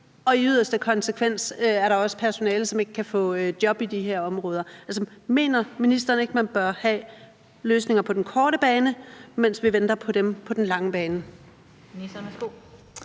og i yderste konsekvens er der også personale, som ikke kan få job i de her områder? Mener ministeren ikke, man bør have løsninger på den korte bane, mens vi venter på dem på den lange bane?